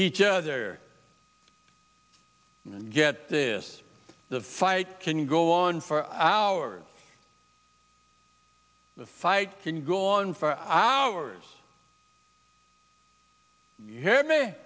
each other and get this the fight can go on for hours the fight can go on for hours you hear me